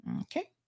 Okay